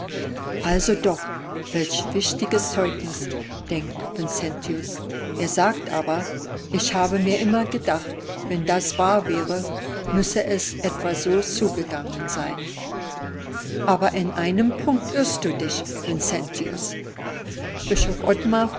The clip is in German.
also doch welch wichtiges zeugnis denkt vincentius er sagt aber ich habe mir immer gedacht wenn das wahr wäre müsse es etwa so zugegangen sein aber in einem punkt irrst du dich vincentius bischof ottmar